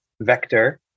vector